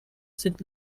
sind